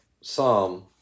Psalm